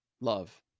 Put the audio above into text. love